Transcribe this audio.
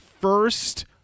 First